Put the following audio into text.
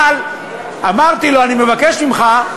אבל אמרתי לו: אני מבקש ממך,